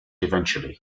eventually